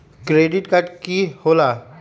Credit card की होला?